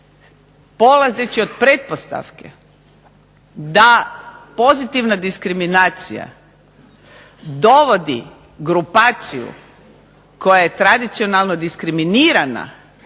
Polazeći od pretpostavke da pozitivna diskriminacija dovodi grupaciju koja je tradicionalno diskriminirana